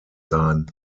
sein